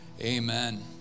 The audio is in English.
Amen